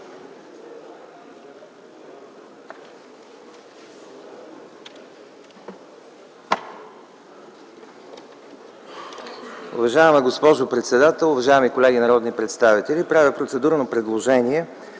Уважаема госпожо председател, уважаеми колеги народни представители! Правя процедурно предложение